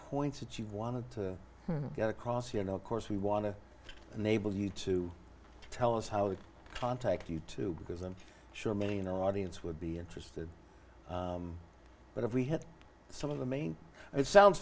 points that you've wanted to get across you know of course we want to enable you to tell us how to contact you tube because i'm sure many in our audience would be interested but if we had some of the main it sounds